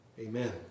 Amen